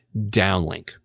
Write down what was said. downlink